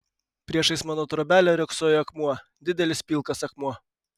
priešais mano trobelę riogsojo akmuo didelis pilkas akmuo